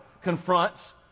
confronts